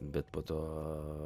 bet po to